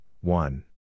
one